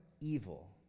evil